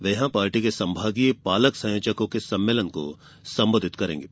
वे यहां पार्टी के संभागीय पालक संयोजकों के सम्मेलन को संबोधित करेंगे